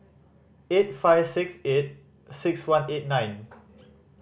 eight five six eight six one eight nine